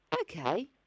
okay